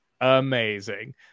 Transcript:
amazing